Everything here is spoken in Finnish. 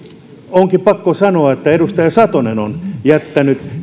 onkin pakko sanoa että edustaja satonen on jättänyt